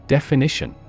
Definition